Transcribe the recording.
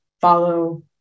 follow